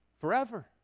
forever